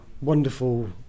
wonderful